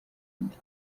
ndi